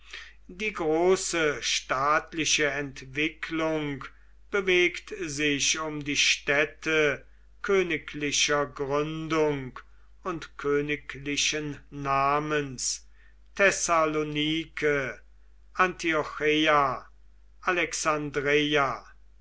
die große staatliche entwicklung bewegt sich um die städte königlicher gründung und königlichen namens thessalonike antiocheia alexandreia